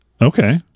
Okay